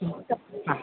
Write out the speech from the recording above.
ठीकु आहे हा